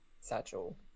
satchel